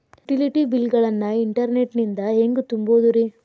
Utility bill ಗಳನ್ನ internet ನಿಂದ ಹೆಂಗ್ ತುಂಬೋದುರಿ?